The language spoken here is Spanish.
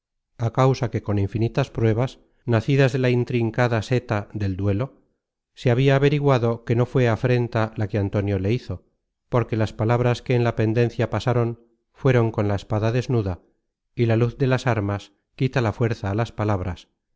á causa que con infinitas pruebas nacidas de la intrincada seta del duelo se habia averiguado que no fué afrenta la que antonio le hizo porque las palabras que en la pendencia pasaron fueron con la espada desnuda y la luz de las armas quita la fuerza á las palabras